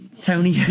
Tony